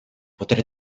poté